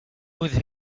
with